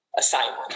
assignment